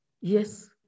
Yes